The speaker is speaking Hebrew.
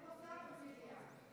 אין פה שר במליאה.